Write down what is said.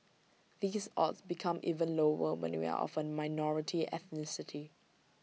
these odds become even lower when you are of A minority ethnicity